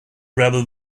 rather